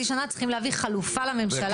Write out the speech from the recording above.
שנה צריכים להביא חלופה לממשלה לנושא של הפלסטיק.